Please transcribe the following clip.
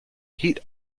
heat